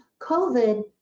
COVID